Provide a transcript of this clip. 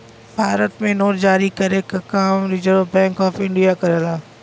भारत में नोट जारी करे क काम रिज़र्व बैंक ऑफ़ इंडिया करेला